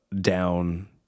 down